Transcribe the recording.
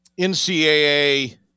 NCAA